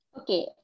Okay